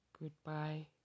Goodbye